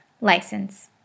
license